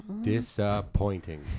Disappointing